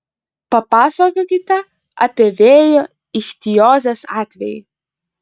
papasakokite apie vėjo ichtiozės atvejį